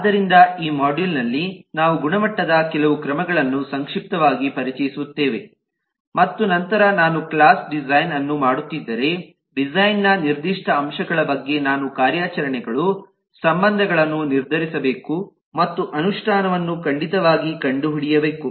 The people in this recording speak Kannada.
ಆದ್ದರಿಂದ ಈ ಮಾಡ್ಯೂಲ್ ನಲ್ಲಿ ನಾವು ಗುಣಮಟ್ಟದ ಕೆಲವು ಕ್ರಮಗಳನ್ನು ಸಂಕ್ಷಿಪ್ತವಾಗಿ ಪರಿಚಯಿಸುತ್ತೇವೆ ಮತ್ತು ನಂತರ ನಾನು ಕ್ಲಾಸ್ ಡಿಸೈನ್ ಅನ್ನು ಮಾಡುತ್ತಿದ್ದರೆ ಡಿಸೈನ್ ನ ನಿರ್ದಿಷ್ಟ ಅಂಶಗಳ ಬಗ್ಗೆ ನಾನು ಕಾರ್ಯಾಚರಣೆಗಳು ಸಂಬಂಧಗಳನ್ನು ನಿರ್ಧರಿಸಬೇಕು ಮತ್ತು ಅನುಷ್ಠಾನವನ್ನು ಖಂಡಿತವಾಗಿ ಕಂಡುಹಿಡಿಯಬೇಕು